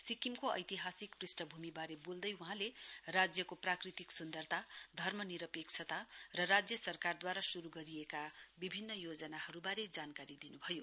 सिक्किमको एतिहासिक पृष्ठभूमिबारे बोल्दै वहाँ राज्यको प्राकृतिक सुन्दरता धर्मनिरपेक्षता र राज्य सरकारद्वारा श्रु गरिएका विभिन्न योजनाहरूबारे जानकारी दिनुभयो